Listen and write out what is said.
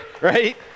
right